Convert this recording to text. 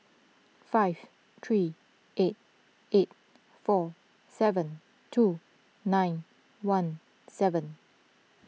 five three eight eight four seven two nine one seven